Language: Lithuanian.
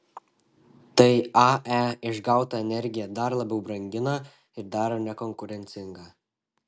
tai ae išgautą energiją dar labiau brangina ir daro nekonkurencingą